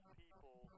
people